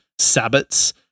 sabbats